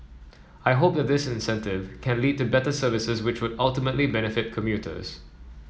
I hope this incentive can lead to better services which would ultimately benefit commuters